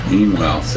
Meanwhile